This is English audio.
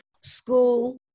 school